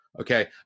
Okay